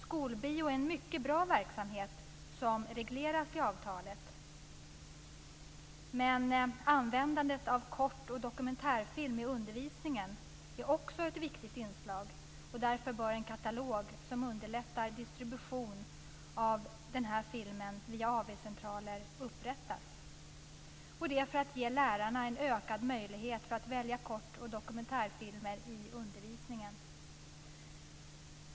Skolbio är en mycket bra verksamhet som regleras i avtalet, men användandet av kort och dokumentärfilm i undervisningen är också ett viktigt inslag. Därför bör en katalog som underlättar distribution av denna film via AV-centraler upprättas, och det för att ge lärarna en ökad möjlighet att välja kort och dokumentärfilmer i undervisningen.